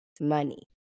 money